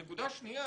נקודה שנייה,